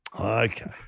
Okay